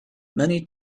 many